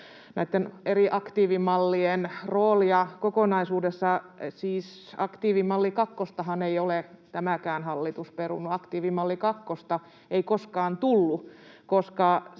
näitten eri aktiivimallien roolia kokonaisuudessaan. Siis aktiivimalli kakkostahan ei ole tämäkään hallitus perunut. Aktiivimalli kakkosta ei koskaan tullut, koska